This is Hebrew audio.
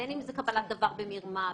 בין אם זה קבלת דבר במרמה,